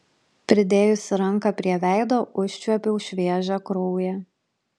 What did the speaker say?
pridėjusi ranką prie veido užčiuopiau šviežią kraują